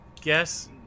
Guess